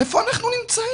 איפה אנחנו נמצאים?